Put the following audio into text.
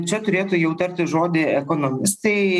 čia turėtų jau tarti žodį ekonomistai